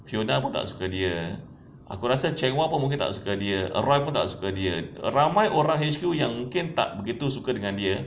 fiona pun tak suka dia aku rasa cheng mun pun mungkin tak suka dia roy pun tak suka dia ramai orang H_Q yang mungkin tak begitu suka dengan dia